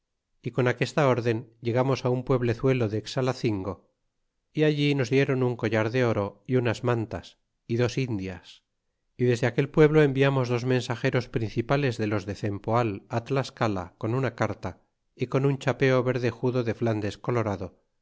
y con aquesta rden llegamos á un pueblezuelo de xalacingo y allí nos dieron un collar de oro y unas mantas y dos indias y desde aquel pueblo enviamos dos mensageros principales de los de cempoal a tlascala con una carta y con un chapeo vedejudo de flandes colorado